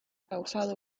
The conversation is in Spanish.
causado